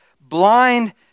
Blind